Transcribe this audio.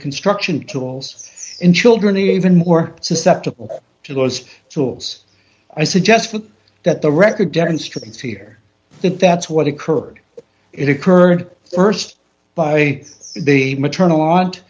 construction tools in children even more susceptible to those tools i suggest that the record demonstrates here think that's what occurred it occurred st by the maternal aunt